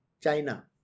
China